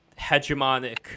hegemonic